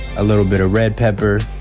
a little bit of red pepper,